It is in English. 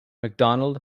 mcdonald